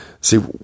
See